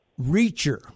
Reacher –